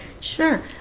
Sure